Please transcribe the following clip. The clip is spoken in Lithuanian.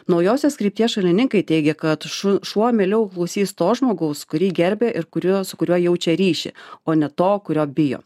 naujosios krypties šalininkai teigia kad šu šuo mieliau klausys to žmogaus kurį gerbia ir kuriuo su kuriuo jaučia ryšį o ne to kurio bijo